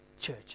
church